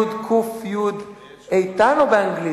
מ"ם, יו"ד, קו"ף, יו"ד איתן או באנגלית?